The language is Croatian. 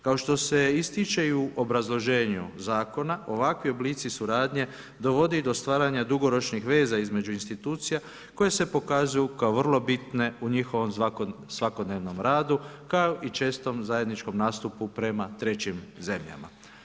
Kao što se ističe i u obrazloženju zakona, ovakvi oblici suradnje dovodi do stvaranje dugoročnih veza između institucija koje se pokazuju kao vrlo bitne u njihovom svakodnevnom radu, kao i čestom zajedničkom nastupu prema trećim zemljama.